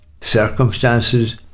Circumstances